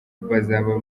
bazaba